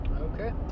Okay